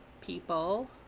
people